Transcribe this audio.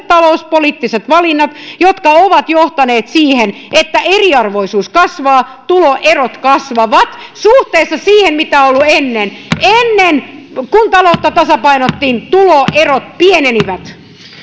talouspoliittiset valinnat jotka ovat johtaneet siihen että eriarvoisuus kasvaa tuloerot kasvavat suhteessa siihen mitä on ollut ennen ennen kun taloutta tasapainotettiin tuloerot pienenivät